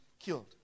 killed